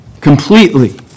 completely